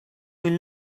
will